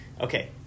Okay